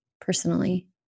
personally